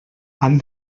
han